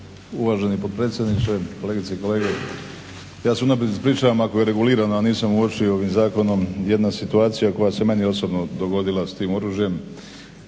Uvaženi potpredsjedniče, kolegice i kolege ja se unaprijed ispričavam ako je regulirano, a nisam uočio ovim zakonom jedna situacija koja se meni osobno dogodila s tim oružjem,